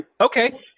Okay